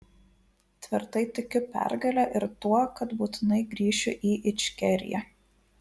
tvirtai tikiu pergale ir tuo kad būtinai grįšiu į ičkeriją